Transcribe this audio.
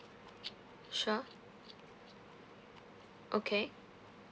sure okay